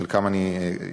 עם חלקם אני שוחחתי.